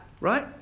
Right